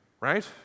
right